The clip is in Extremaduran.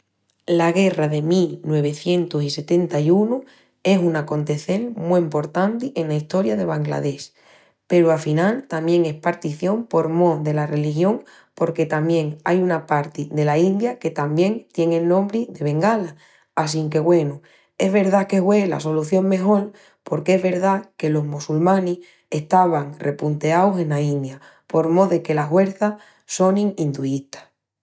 La Guerra del mil nuevicientus i setenta-i-unu es un acontecel mu emportanti ena estoria de Bangladesh peru afinal tamién es partición por mó dela religión porque tamién ai una parti dela India que tamién tien el nombri de Bengala, assinque, güenu, es verdá que hue la solución mejol porque es verdá que los mossulmanis estavan repunteaus ena India por mó deque la huerça sonin induistas.